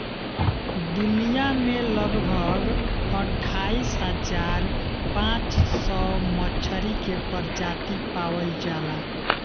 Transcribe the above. दुनिया में लगभग अट्ठाईस हज़ार पाँच सौ मछरी के प्रजाति पावल जाला